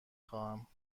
خواهم